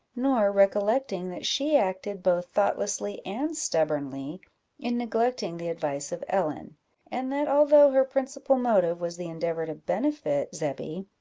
nor recollecting that she acted both thoughtlessly and stubbornly in neglecting the advice of ellen and that although her principal motive was the endeavour to benefit zebby,